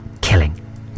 killing